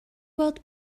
gweld